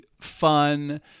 fun